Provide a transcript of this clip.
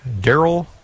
Daryl